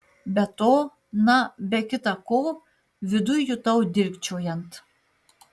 be to na be kita ko viduj jutau dilgčiojant